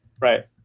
Right